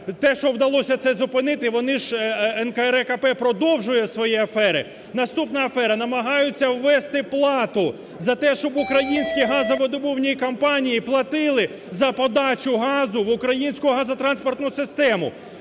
Те, що вдалося це зупинити, вони, НКРЕКП продовжує свої афери. Наступна афера. Намагаються ввести плату за те, щоб українські газовидобувні компанії платили за подачу газу в Українську газотранспортну систему.